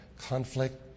conflict